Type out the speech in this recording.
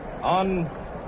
on